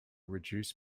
reduce